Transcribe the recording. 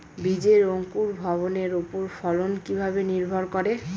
বীজের অঙ্কুর ভবনের ওপর ফলন কিভাবে নির্ভর করে?